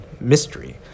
mystery